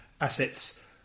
assets